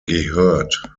gehört